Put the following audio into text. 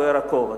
בוער הכובע.